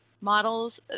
models